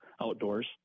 outdoors